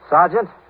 Sergeant